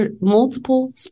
multiple